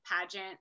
pageant